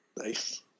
Nice